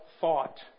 thought